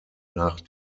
nach